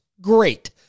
great